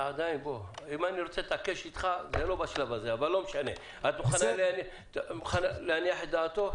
את מוכנה להניח את דעתו?